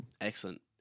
Excellent